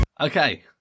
Okay